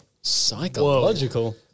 Psychological